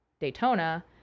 Daytona